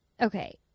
Okay